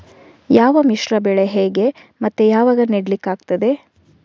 ಯಾವ ಮಿಶ್ರ ಬೆಳೆ ಹೇಗೆ ಮತ್ತೆ ಯಾವಾಗ ನೆಡ್ಲಿಕ್ಕೆ ಆಗ್ತದೆ?